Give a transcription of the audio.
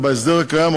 בהסדר הקיים,